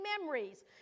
memories